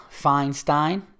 Feinstein